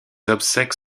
obsèques